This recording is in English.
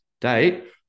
date